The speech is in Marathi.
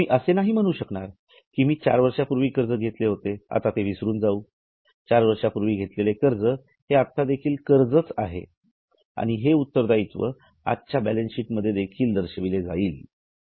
तुम्ही असे नाही म्हणू शकनार कि मी चार वर्षपूर्वी कर्ज घेतले होते ते आता विसरून जावू चार वर्षांपूर्वी घेतलेले कर्ज हे आत्ता देखील कर्जच आहे आणि हे उत्तरदायित्व आजच्या'बॅलन्स शीट मध्ये देखील दर्शविले जाईल